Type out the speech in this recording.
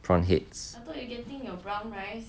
prawn heads